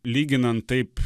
lyginant taip